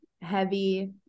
heavy